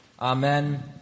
Amen